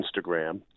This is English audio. Instagram